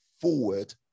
forward